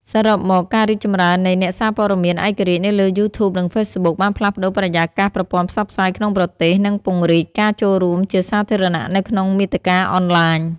សរុបមក ការរីកចម្រើននៃអ្នកសារព័ត៌មានឯករាជ្យនៅលើ YouTube និង Facebook បានផ្លាស់ប្តូរបរិយាកាសប្រព័ន្ធផ្សព្វផ្សាយក្នុងប្រទេស និងពង្រីកការចូលរួមជាសាធារណៈនៅក្នុងមាតិកាអនឡាញ។